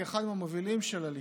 כאחד מהמובילים של הליכוד,